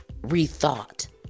rethought